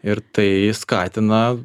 ir tai skatina